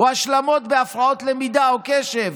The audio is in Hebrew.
או השלמות בהפרעות למידה או קשב,